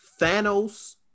thanos